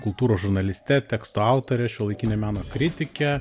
kultūros žurnaliste teksto autore šiuolaikinio meno kritike